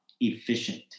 efficient